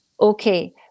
Okay